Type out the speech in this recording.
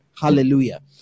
Hallelujah